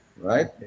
right